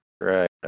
Right